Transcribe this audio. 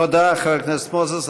תודה, חבר הכנסת מוזס.